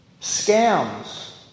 scams